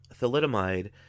thalidomide